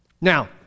now